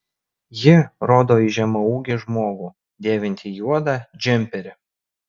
ji rodo į žemaūgį žmogų dėvintį juodą džemperį